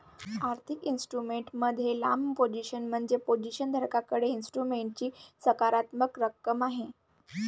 आर्थिक इन्स्ट्रुमेंट मध्ये लांब पोझिशन म्हणजे पोझिशन धारकाकडे इन्स्ट्रुमेंटची सकारात्मक रक्कम आहे